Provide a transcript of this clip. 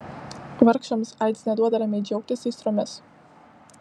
vargšams aids neduoda ramiai džiaugtis aistromis